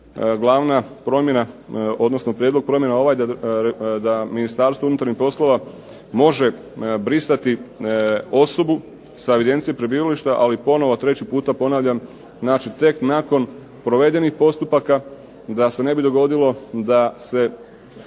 glavna promjena, odnosno prijedlog promjena, da Ministarstvo unutarnjih poslova može brisati osobu sa evidencije prebivališta, ali ponovno, treći puta ponavljam, znači tek nakon provedenih postupaka da se ne bi dogodilo da se